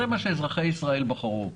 זה מה שאזרחי ישראל בחרו.